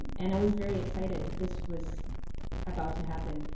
and i was very excited. this was about to happen.